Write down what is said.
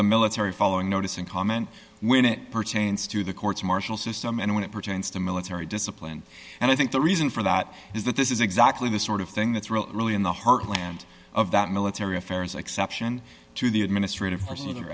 the military following notice and comment when it pertains to the courts martial system and when it pertains to military discipline and i think the reason for that is that this is exactly the sort of thing that's really really in the heartland of that military affairs exception to the administrative p